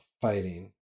fighting